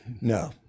No